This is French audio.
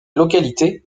localité